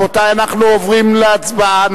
רבותי, אנחנו עוברים להצבעה.